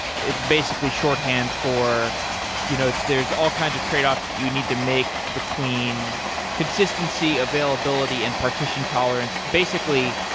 it's basically shorthand for you know there's all kinds of tradeoffs that you need to make between consistency, availability, and partition tolerance. basically,